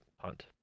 punt